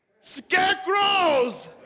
scarecrows